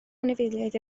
anifeiliaid